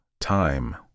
Time